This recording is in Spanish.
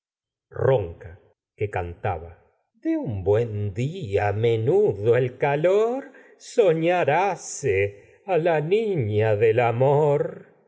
ronca que cantaba de un buen día á menudo el calor soñar hace á la niña de amor